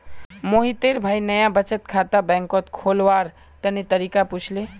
मोहितेर भाई नाया बचत खाता बैंकत खोलवार तने तरीका पुछले